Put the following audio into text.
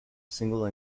single